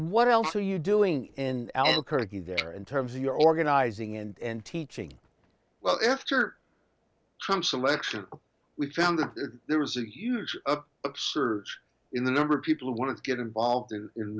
what else are you doing in albuquerque there in terms of your organizing and teaching well after trump's election we found that there was a huge upsurge in the number of people who want to get involved in